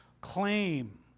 claim